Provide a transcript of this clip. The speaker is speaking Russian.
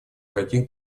каких